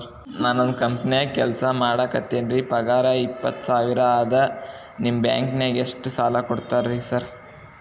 ನಾನ ಒಂದ್ ಕಂಪನ್ಯಾಗ ಕೆಲ್ಸ ಮಾಡಾಕತೇನಿರಿ ಪಗಾರ ಇಪ್ಪತ್ತ ಸಾವಿರ ಅದಾ ನಿಮ್ಮ ಬ್ಯಾಂಕಿನಾಗ ಎಷ್ಟ ಸಾಲ ಕೊಡ್ತೇರಿ ಸಾರ್?